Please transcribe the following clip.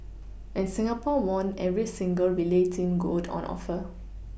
and Singapore won every single relay team gold on offer